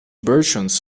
versions